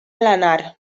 lanar